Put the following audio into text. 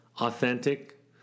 authentic